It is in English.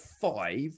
five